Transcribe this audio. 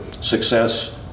success